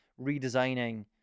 redesigning